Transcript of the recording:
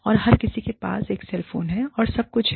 और हर किसी के पास एक सेल फोन और सब कुछ है